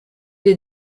est